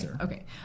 okay